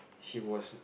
he was